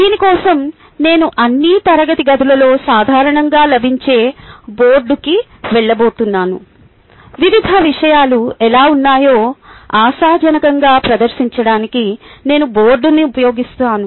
దీని కోసం నేను అన్ని తరగతి గదులలో సాధారణంగా లభించే బోర్డుకి వెళ్ళబోతున్నాను వివిధ విషయాలు ఎలా ఉన్నాయో ఆశాజనకంగా ప్రదర్శించడానికి నేను బోర్డుని ఉపయోగిస్తాను